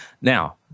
Now